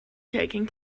taking